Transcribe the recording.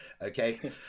Okay